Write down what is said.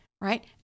right